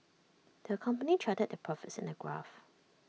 the company charted their profits in A graph